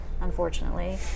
unfortunately